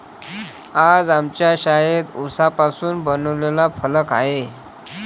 आज आमच्या शाळेत उसापासून बनवलेला फलक आहे